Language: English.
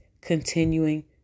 continuing